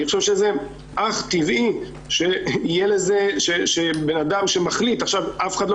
אני חושב שזה אך טבעי שבן אדם שמחליט אף אחד לא